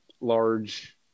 large